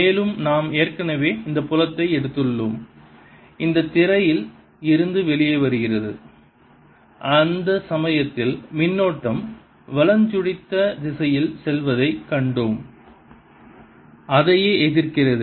மேலும் நாம் ஏற்கனவே அந்த புலத்தை எடுத்துள்ளோம் இந்தத் திரையில் இருந்து வெளிவருகிறது அந்த சமயத்தில் மின்னோட்டம் வலஞ்சுழித்த திசையில் செல்வதைக் கண்டோம் அதையே எதிர்க்கிறது